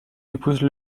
épouse